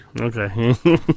Okay